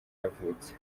yavutse